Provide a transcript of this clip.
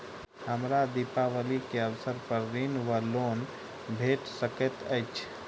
हमरा दिपावली केँ अवसर पर ऋण वा लोन भेट सकैत अछि?